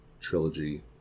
trilogy